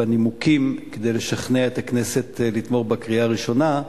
בנימוקים שהעלה כדי לשכנע את הכנסת לתמוך בקריאה הראשונה,